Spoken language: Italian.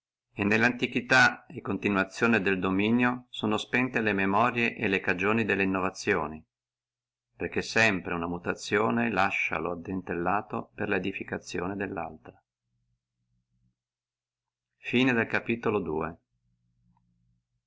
nella antiquità e continuazione del dominio sono spente le memorie e le cagioni delle innovazioni perché sempre una mutazione lascia lo addentellato per la edificazione dellaltra cap